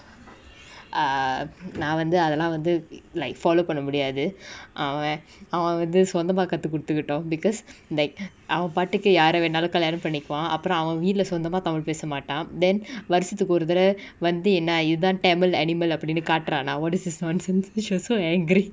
ah நா வந்து அதலா வந்து:na vanthu athala vanthu like follow பன்ன முடியாது:panna mudiyathu அவ அவவந்து சொந்தமா கத்து குடுதுகட்டு:ava avavanthu sonthama kathu kuduthukatu because like அவ பாட்டுக்கு யார வேணாலு கலியாணம் பண்ணிக்குவா அப்ரோ அவ வீட்ல சொந்தமா:ava paatuku yaara venaalu kaliyanam pannikuva apro ava veetla sonthama tamil பேச மாட்டா:pesa maata then வருசத்துக்கு ஒருதடவ வந்து என்னா இதா:varusathuku oruthadava vanthu ennaa itha இதா:itha tamil animal அப்டின்னு காட்ரானா:apdinu kaatraanaa what is this nonsense she was so angry